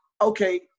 okay